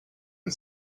and